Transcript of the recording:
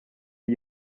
ari